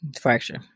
fracture